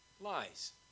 lies